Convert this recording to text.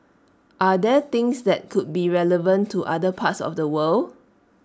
are there things that could be relevant to other parts of the world